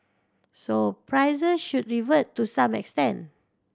so prices should revert to some extent